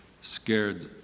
scared